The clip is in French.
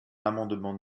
l’amendement